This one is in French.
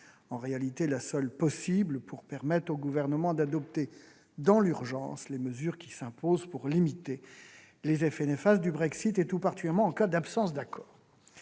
en réalité la seule possible pour permettre au Gouvernement d'adopter, dans l'urgence, les mesures qui s'imposent afin de limiter les effets néfastes du Brexit, tout particulièrement en cas d'absence d'accord.